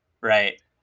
right